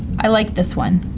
i like this one.